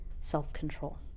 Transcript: Self-control